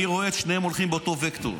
אני רואה את שניהם הולכים באותו וקטור.